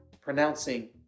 pronouncing